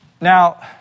Now